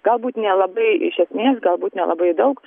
galbūt nelabai iš esmės galbūt nelabai daug